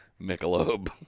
Michelob